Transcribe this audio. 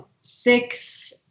six